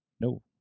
No